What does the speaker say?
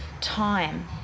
time